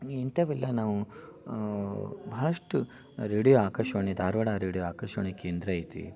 ಈ ಇಂಥವೆಲ್ಲ ನಾವು ಬಹಳಷ್ಟು ರೇಡಿಯೋ ಆಕಾಶವಾಣಿ ಧಾರವಾಡ ರೇಡಿಯೋ ಆಕಾಶವಾಣಿ ಕೇಂದ್ರ ಐತಿ